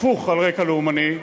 הפוך על רקע לאומני,